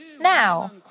Now